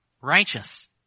righteous